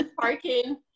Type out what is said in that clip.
parking